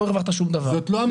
לא הרווחת שום דבר.